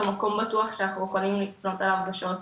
או מקום בטוח שאנחנו יכולים לפנות אליו בשעות